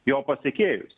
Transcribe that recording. jo pasekėjus